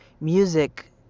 Music